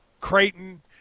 Creighton